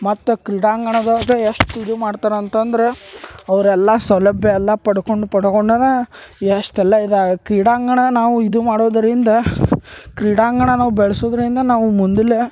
ಮತ್ತು ಕ್ರೀಡಾಂಗಣದೊಳಗೆ ಎಷ್ಟು ಇದು ಮಾಡ್ತಾರೆ ಅಂತಂದ್ರೆ ಅವ್ರೆಲ್ಲ ಸೌಲಭ್ಯ ಎಲ್ಲ ಪಡ್ಕೊಂಡು ಪಡ್ಕೊಂಡು ಎಷ್ಟೆಲ್ಲ ಇದಾಗ ಕ್ರೀಡಾಂಗಣ ನಾವು ಇದು ಮಾಡೋದರಿಂದ ಕ್ರೀಡಾಂಗಣ ನಾವು ಬೆಳ್ಸುದರಿಂದ ನಾವು ಮುಂದುಲೆ